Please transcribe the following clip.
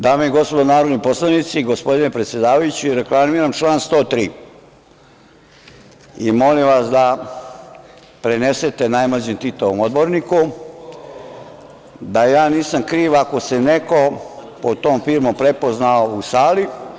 Dame i gospodo narodni poslanici, gospodine predsedavajući, reklamiram član 103. i molim vas da prenesete najmlađem Titovom odborniku da ja nisam kriv ako se neko pod tom firmom prepoznao u sali.